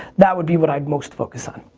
that would be what i'd most focus on.